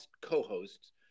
co-hosts